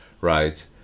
right